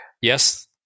Yes